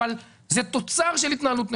אבל זה תוצר של התנהלות נכונה.